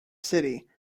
city